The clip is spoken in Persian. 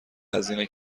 هزینه